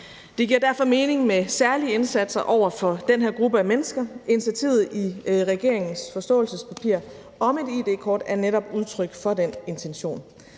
Det giver derfor mening med særlige indsatser over for den her gruppe af mennesker, og initiativet i regeringens forståelsespapir om et id-kort er netop udtryk for den intention.